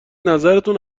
نظرتون